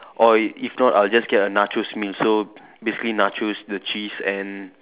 or if if not I'll just get a nachos meal so basically nachos the cheese and